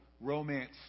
romance